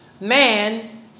man